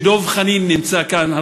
כשדב חנין נמצא כאן,